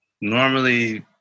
normally